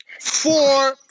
Four